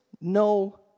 no